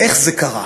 איך זה קרה?